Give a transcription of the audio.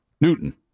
Newton